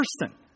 person